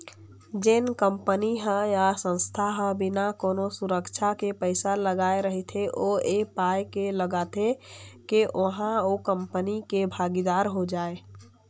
जेन कंपनी ह या संस्था ह बिना कोनो सुरक्छा के पइसा लगाय रहिथे ओ ऐ पाय के लगाथे के ओहा ओ कंपनी के भागीदार हो जाय